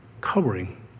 covering